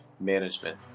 management